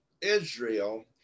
Israel